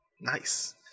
Nice